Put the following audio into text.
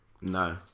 no